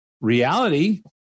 reality